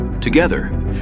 Together